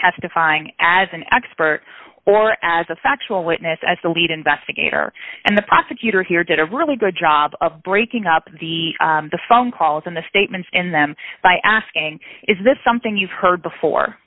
testifying as an expert or as a factual witness as the lead investigator and the prosecutor here did a really good job of breaking up the the phone calls and the statements in them by asking is this something you've heard before